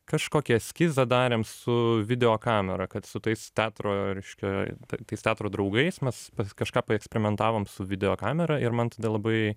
kažkokį eskizą darėm su videokamera kad su tais teatro reiškia tais teatro draugais mes pas kažką paeksperimentavom su videokamera ir man tada labai